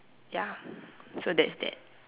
ya so that's that